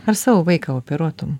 ar savo vaiką operuotum